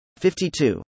52